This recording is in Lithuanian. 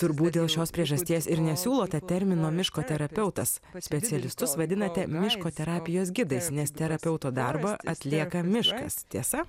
turbūt dėl šios priežasties ir nesiūlote termino miško terapeutas specialistus vadinate miško terapijos gidais nes terapeuto darbą atlieka miškas tiesa